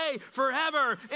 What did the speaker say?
forever